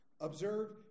observe